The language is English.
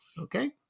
Okay